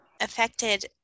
affected